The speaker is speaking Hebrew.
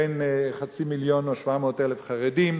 בין חצי מיליון או 700 אלף חרדים,